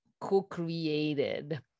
co-created